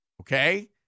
okay